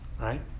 right